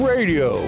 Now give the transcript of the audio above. Radio